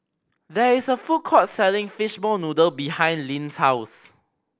there is a food court selling fishball noodle behind Linn's house